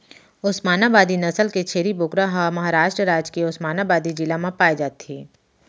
ओस्मानाबादी नसल के छेरी बोकरा ह महारास्ट राज के ओस्मानाबादी जिला म पाए जाथे